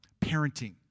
parenting